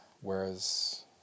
whereas